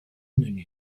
menü